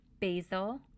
basil